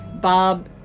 Bob